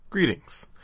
Greetings